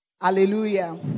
Hallelujah